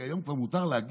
כי היום כבר מותר להגיד: